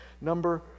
Number